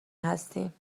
هستیم